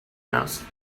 asked